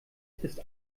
ist